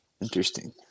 Interesting